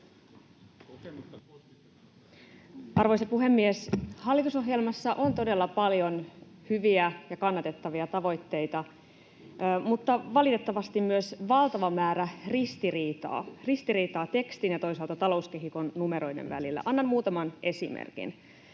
Arvoisa puhemies! Hallitusohjelmassa on todella paljon hyviä ja kannatettavia tavoitteita mutta valitettavasti myös valtava määrä ristiriitaa: ristiriitaa tekstin ja toisaalta talouskehikon numeroiden välillä. Annan muutaman esimerkin.